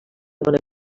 dona